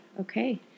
Okay